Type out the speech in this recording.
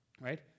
right